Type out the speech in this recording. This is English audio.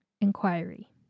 inquiry